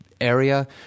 area